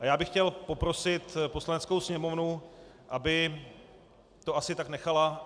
Já bych chtěl poprosit Poslaneckou sněmovnu, aby to asi tak nechala.